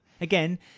again